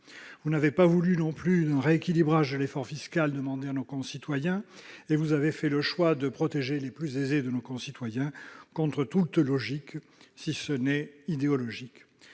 Vous n'avez pas non plus voulu d'un rééquilibrage de l'effort fiscal demandé à nos concitoyens ; vous avez fait le choix de protéger les plus aisés d'entre eux, contre toute logique, si ce n'est idéologique.